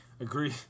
Agree